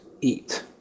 eat